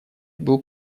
был